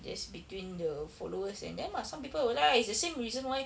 that's between the followers and them ah some people will like ah it's the same reason why